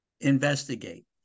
investigate